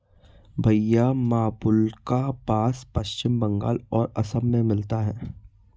भईया बाबुल्का बास पश्चिम बंगाल और असम में मिलता है